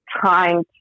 trying